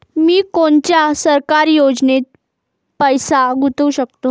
मी कोनच्या सरकारी योजनेत पैसा गुतवू शकतो?